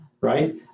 right